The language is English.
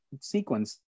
sequence